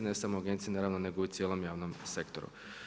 Ne samo u agenciji, naravno nego i u cijelom javnom sektoru.